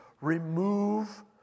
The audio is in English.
Remove